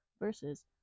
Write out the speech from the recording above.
versus